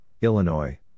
Illinois